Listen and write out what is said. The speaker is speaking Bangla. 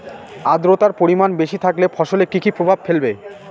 আদ্রর্তার পরিমান বেশি থাকলে ফসলে কি কি প্রভাব ফেলবে?